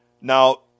now